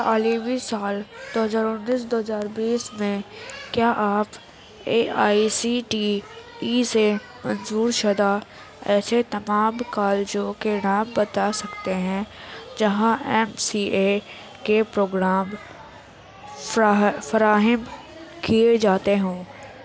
تعلیمی سال دو ہزار انیس دو ہزار بیس میں کیا آپ A I C T E سے منظور شدہ ایسے تمام کالجوں کے نام بتا سکتے ہیں جہاں ایم سی اے کے پروگرام فراہ فراہم کیے جاتے ہوں